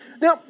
Now